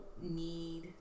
need